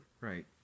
Right